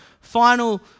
final